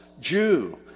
Jew